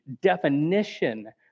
definition